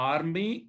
Army